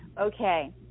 Okay